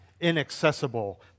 inaccessible